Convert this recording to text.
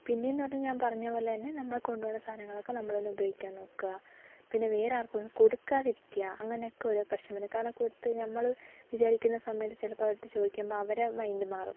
പിന്നെന്ന് പറഞ്ഞാൽ ഞാൻ പറഞ്ഞ പോലെ തന്നെ നമ്മൾ കൊണ്ടുപോകുന്ന സാധനങ്ങളൊക്കെ നമ്മൾ തന്നെ ഉപയോഗിക്കാൻ നോക്കുക പിന്നെ വേറെ ആർക്കും കൊടുക്കാതിരിക്കാൻ അങ്ങനെയൊക്കെ ഓരോ പ്രശ്നങ്ങൾ വരും കാരണം കൊടുത്തു കഴിഞ്ഞാൽ നമ്മൾ വിചാരിക്കുന്ന സമയത്ത് ചിലപ്പോൾ അവരടുത്ത് ചോദിക്കുമ്പോൾ അവരുടെ മൈൻഡ് മാറും